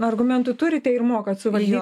argumentų turite ir mokat suvaldy